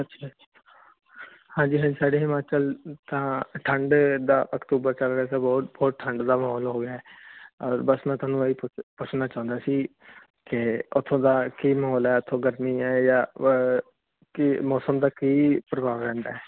ਹਾਂਜੀ ਹਾਂਜੀ ਸਾਡੇ ਹਿਮਾਚਲ ਤਾਂ ਠੰਡ ਦਾ ਅਕਤੂਬਰ ਬਹੁਤ ਠੰਡ ਦਾ ਮਾਹੌਲ ਹੋ ਗਿਆ ਬਸ ਮੈਂ ਤੁਹਾਨੂੰ ਪੁੱਛਣਾ ਚਾਹੁੰਦਾ ਸੀ ਕਿ ਉਥੋਂ ਦਾ ਕੀ ਮਾਹੌਲ ਹੈ ਉਥੋਂ ਗਰਮੀ ਐ ਜਾਂ ਕਿ ਮੌਸਮ ਦਾ ਕੀ ਪ੍ਰਭਾਵ ਰਹਿੰਦਾ